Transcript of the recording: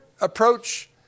approach